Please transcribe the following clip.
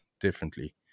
differently